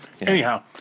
Anyhow